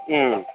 ம்